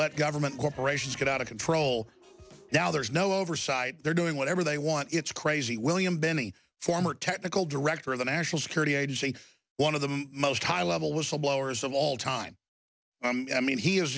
let government corporations get out of control now there is no oversight they're doing whatever they want it's crazy william binney former technical director of the national security agency one of the most high level whistleblowers of all time i mean he